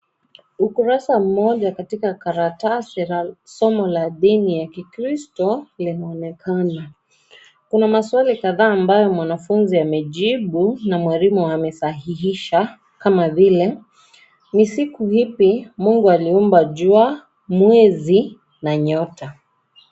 Ukurasa moja katika karatasi la somo la dini ya Kikristo linaonekana. Kuna maswali kadhaa ambayo mwanafunzi amejibu na mwalimu amesahihisha kama vile "Ni siku ipi Mungu aliumba jua, mwezi na nyota?"